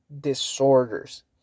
disorders